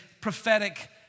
prophetic